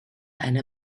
eine